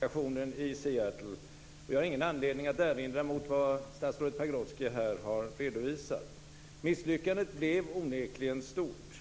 Herr talman! Jag ingick i regeringsdelegationen i Seattle. Jag har ingen anledning att erinra mot vad statsrådet Pagrotsky här har redovisat. Misslyckandet blev onekligen stort.